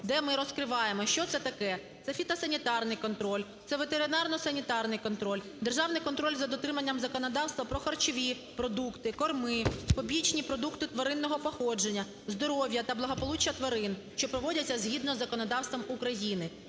де ми розкриваємо, що це таке: це фітосанітарний контроль, це ветеринарно-санітарний контроль, державний контроль за дотриманням законодавства про харчові продукти, корми, побічні продукти тваринного походження, здоров'я та благополуччя тварин, що проводяться згідно з законодавством України.